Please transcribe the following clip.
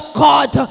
god